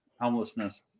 homelessness